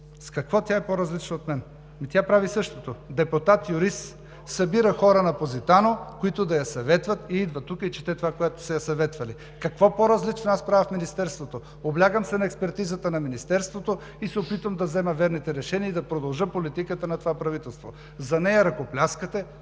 С какво тя е по-различна от мен? Тя прави същото. Депутат юрист събира хора на „Позитано“, които да я съветват, идва тук и чете това, което са я съветвали. Какво по-различно аз правя в Министерството? Облягам се на експертизата на Министерството и се опитвам да взема верните решения и да продължа политиката на това правителство. За нея ръкопляскате,